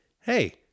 hey